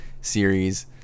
series